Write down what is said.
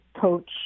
coach